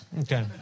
Okay